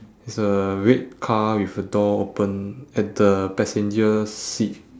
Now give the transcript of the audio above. is a red car with a door open at the passenger seat